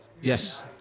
Yes